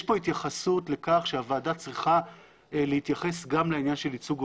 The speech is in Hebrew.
יש פה התייחסות לכך שהוועדה צריכה להתייחס גם לעניין של ייצוג הולם,